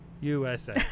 usa